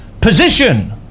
position